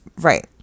Right